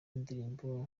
indirimbo